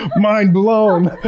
mind blown!